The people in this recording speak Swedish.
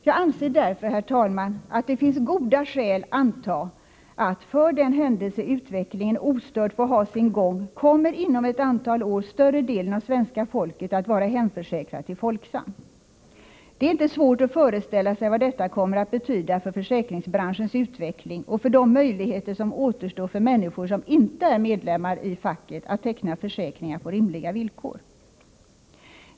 Jag anser därför, herr talman, att det finns goda skäl anta att, för den händelse utvecklingen ostörd får ha sin gång, inom ett antal år större delen av svenska folket kommer att vara hemförsäkrat i Folksam. Det är inte svårt att föreställa sig vad detta kommer att betyda för försäkringsbranschens utveckling och för de möjligheter som återstår för människor som inte är medlemmar i facket att teckna försäkringar på rimliga villkor.